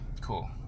Cool